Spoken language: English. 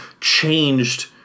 changed